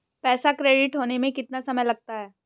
पैसा क्रेडिट होने में कितना समय लगता है?